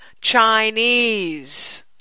Chinese